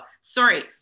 sorry